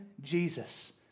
Jesus